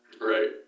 Right